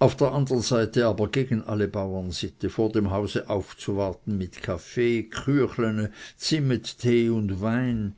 auf der andern seite aber gegen alle bauernsitte vor dem hause aufzuwarten mit kaffee küechlene zimmettee und wein